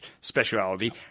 speciality